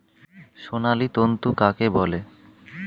সোনালী তন্তু কাকে বলে?